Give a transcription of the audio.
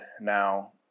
Now